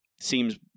seems